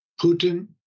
Putin